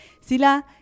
Sila